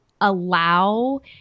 allow